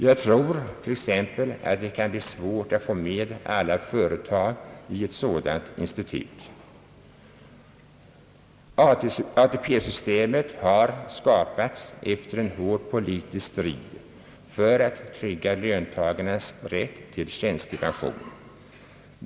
Jag tror t.ex. att det kan bli svårt att få med alla företag i ett sådant institut. ATP-systemet har skapats efter en hård politisk strid för att trygga löntagarnas rätt till tjänstepension.